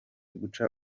guca